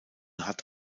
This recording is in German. hat